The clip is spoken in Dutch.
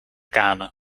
kade